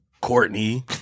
Courtney